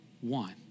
one